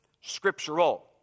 scriptural